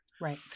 Right